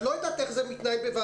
את לא יודעת איך זה מתנהל בוועדות.